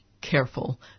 careful